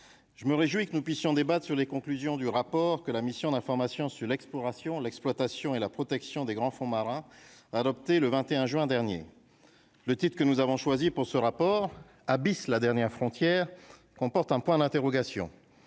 je me réjouis que nous puissions débattent sur les conclusions du rapport que la mission d'information sur l'exploration, l'exploitation et la protection des grands fonds marins adopté le 21 juin dernier le titre que nous avons choisi pour ce rapport bis, la dernière frontière qu'on porte un point d'interrogation,